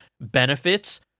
benefits